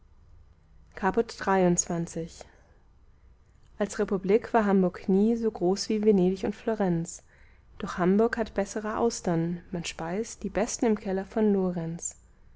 caput xxiii als republik war hamburg nie so groß wie venedig und florenz doch hamburg hat bessere austern man speist die besten im keller von lorenz